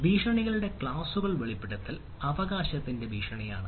ഭീഷണികളുടെ ക്ലാസുകൾ വെളിപ്പെടുത്തൽ അവകാശത്തിന്റെ ഭീഷണിയാണ്